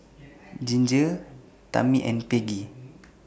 Ginger Tami and Peggie